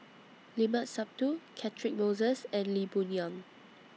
Limat Sabtu Catchick Moses and Lee Boon Yang